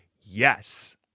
yes